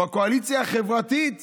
בקואליציה החברתית